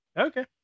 Okay